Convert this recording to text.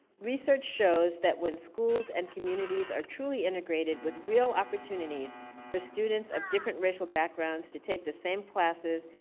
research shows that when schools and communities are truly integrated with real opportunities for students of different racial backgrounds to take the same classes,